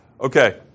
Okay